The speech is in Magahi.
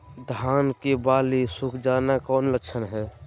धान की बाली सुख जाना कौन लक्षण हैं?